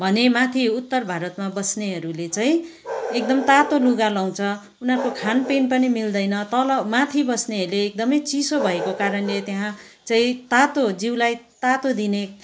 भने माथि उत्तर भारतमा बस्नेहरूले चाहिँ एकदम तातो लुगा लाउँछ उनीहरूको खानपिन पनि मिल्दैन तल माथि बस्नेहरूले एकदमै चिसो भएको कारणले त्यहाँ चाहिँ तातो जिउलाई तातो दिने